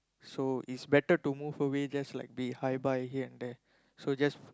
so is better to move away just like be hi bye here and there so just